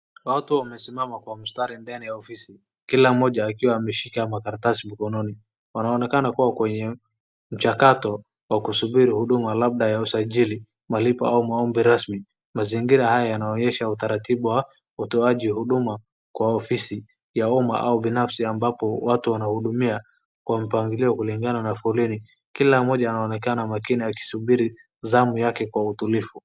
Watu wamesimama kwa mstari ndani ya ofisi .Kila mmoja akiwa ameshika makaratasi mkononi . Wanaonekana kuwa kwenye mchakato wa kusubiri huduma labda ya ujasiri malipo au maombi rasmi. Mazingira haya yanaonyesha utaratibu wa utoaji huduma kwa ofisi wa umma au binasfi ambapo watu wanahudumia kwa mpangilio kulingana na foleni ,kila mmoja anaonekana zamu yake kwa utilivu.